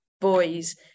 boys